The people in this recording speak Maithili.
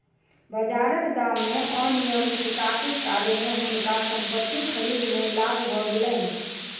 बाजारक दाम मे अनियमितताक कारणेँ हुनका संपत्ति खरीद मे लाभ भ गेलैन